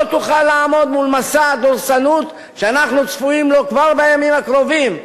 לא תוכל לעמוד מול מסע הדורסנות שאנחנו צפויים לו כבר בימים הקרובים,